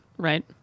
Right